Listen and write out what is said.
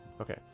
Okay